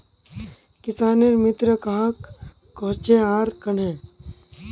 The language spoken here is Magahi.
किसानेर मित्र कहाक कोहचे आर कन्हे?